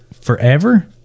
forever